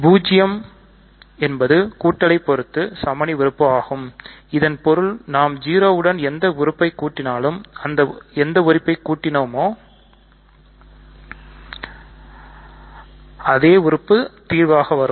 பூஜ்யம் என்பது கூட்டலை பொறுத்து சமணி உறுப்பு ஆகும் இதன் பொருள் நம் 0 உடன் எந்த உறுப்பை கூட்டினாலும் எந்த உறுப்பை கூட்டினோமோ அதே உறுப்பே தீர்வாக வரும்